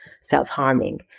self-harming